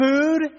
food